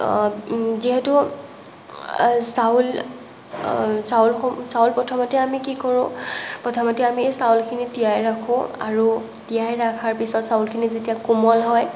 যিহেতু চাউল চাউলসমূ চাউল প্ৰথমতে আমি কি কৰোঁ প্ৰথমতে আমি চাউলখিনি তিয়াই ৰাখোঁ আৰু তিয়াই ৰখাৰ পিছত চাউলখিনি যেতিয়া কোমল হয়